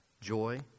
joy